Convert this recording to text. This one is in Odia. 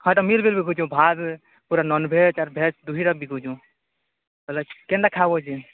ହଁ ଏଇଟା ମିଲ୍ କରି ବିକୁଛୁ ଭାତ୍ ପୁରା ନନ୍ଭେଜ୍ ଆର୍ ଭେଜ୍ ଦୁହିଁଟା ବିକୁଛୁଁ ହେଲେ କେନ୍ତା ଖାଇବୋ କି